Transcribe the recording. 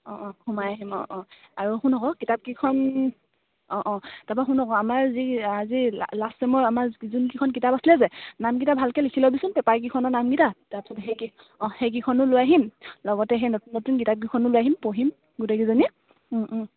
অঁ অঁ সোমাই আহিম অঁ অঁ আৰু শুন আকৌ কিতাপ কিখন অঁ অঁ তাৰপৰা শুন আকৌ আমাৰ যি আজি লাষ্ট চেমৰ আমাৰ যোন কিখন কিতাপ আছিলে যে নামকিটা ভালকৈ লিখি ল'বিচোন পেপাৰ কিখনৰ নামকিটা তাৰপিছত সেইকিখ অঁ সেই কিখনো লৈ আহিম লগতে সেই নতুন নতুন কিতাপ কিখনো লৈ আহিম পঢ়িম গোটেই কিজনীয়ে